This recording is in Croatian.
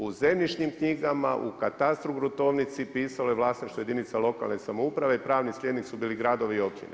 U zemljišnim knjigama, u katastru, u gruntovnici pisalo je vlasništvo jedinica lokalne samouprave i pravni slijednik su bili gradovi i općine.